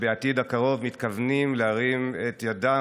שבעתיד הקרוב מתכוונים להרים את ידם